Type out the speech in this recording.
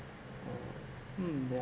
mm mm yeah